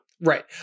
Right